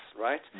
right